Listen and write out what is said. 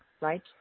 Right